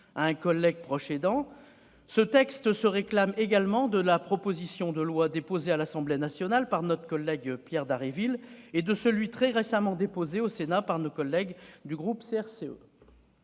à un collègue proche aidant, ce texte se réclame également de la proposition de loi déposée à l'Assemblée nationale par notre collègue député Pierre Dharréville et de celle qui a été très récemment déposée au Sénat par nos collègues du groupe CRCE.